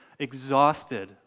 exhausted